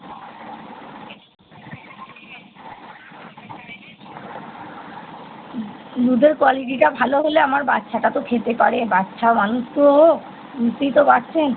দুধের কোয়ালিটিটা ভালো হলে আমার বাচ্চাটা তো খেতে পারে বাচ্চা মানুষ তো ও বুঝতেই তো পারছেন